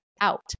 Out